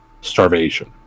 starvation